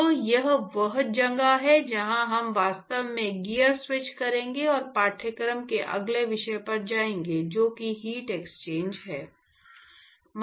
तो यह वह जगह है जहां हम वास्तव में गियर स्विच करेंगे और पाठ्यक्रम के अगले विषय पर जाएंगे जो कि हीट एक्सचेंजर है